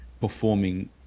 performing